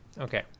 okay